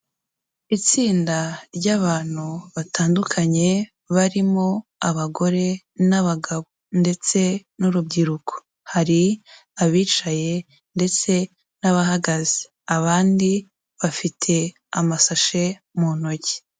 Itsinda ry'abantu batandukanye barimo abagore n'abagabo ndetse n'urubyiruko, hari abicaye ndetse n'abahagaze abandi bafite amasashe mu ntoki.